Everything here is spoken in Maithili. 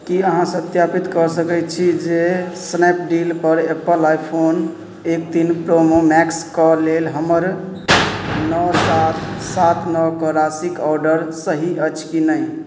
कि अहाँ सत्यापित कऽ सकै छी जे स्नैपडीलपर एप्पल आइफोन एक तीन प्रोमो मैक्सके लेल हमर नओ सात सात नओपर राशिके ऑडर सही अछि कि नहि